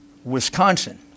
Wisconsin